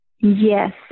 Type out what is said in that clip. Yes